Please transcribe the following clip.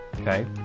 Okay